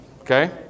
Okay